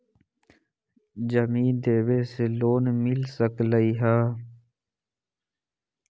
जमीन देवे से लोन मिल सकलइ ह?